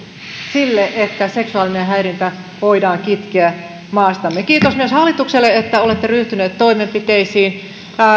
sille että seksuaalinen häirintä voidaan kitkeä maastamme kiitos myös hallitukselle että olette ryhtyneet toimenpiteisiin